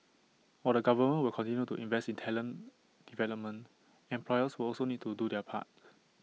while the government will continue to invest in talent development employers will also need to do their part